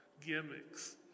gimmicks